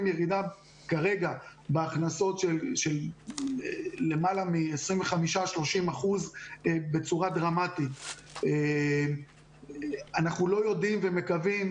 כרגע ירידה בכנסות של למעלה מ25%-עד 30%. אנחנו מקווים